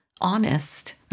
honest